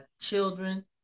children